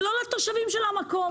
ולא לתושבים של המקום.